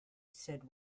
said